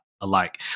alike